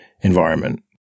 environment